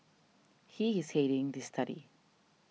he is heading this study